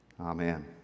Amen